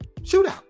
shootout